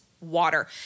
water